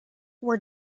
were